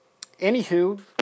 Anywho